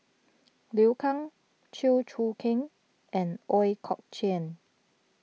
Liu Kang Chew Choo Keng and Ooi Kok Chuen